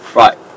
right